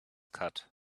cut